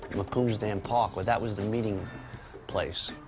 macomb's dam park, well, that was the meeting place,